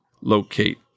locate